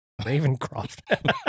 Ravencroft